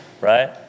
Right